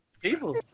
people